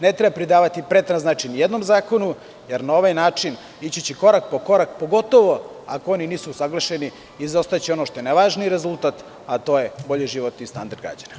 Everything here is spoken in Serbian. Ne treba pridavati preterano značaj nijednom zakonu jer na ovaj način ići će korak po korak, pogotovo ako oni nisu usaglašeni i izostajaće ono što je najvažniji rezultat, a to je bolji životni standard građana.